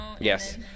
Yes